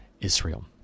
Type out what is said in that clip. Israel